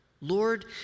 Lord